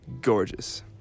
Gorgeous